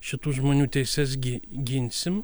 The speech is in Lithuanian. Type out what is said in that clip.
šitų žmonių teises gi ginsim